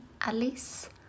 Alice